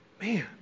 Man